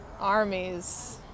armies